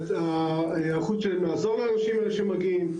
לעזור לאנשים האלה שמגיעים.